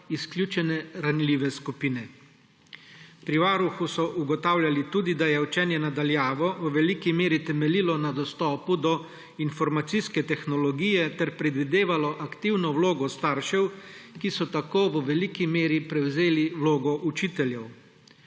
izključene ranljive skupine.« Pri Varuhu so ugotavljali tudi, da je učenje na daljavo v veliki meri temeljilo na dostopu do informacijske tehnologije ter predvidevalo aktivno vlogo staršev, ki so tako v veliki meri prevzeli vlogo učiteljev.